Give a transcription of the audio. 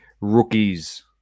rookies